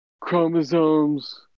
Chromosomes